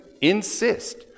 insist